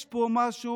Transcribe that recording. יש פה משהו